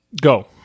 Go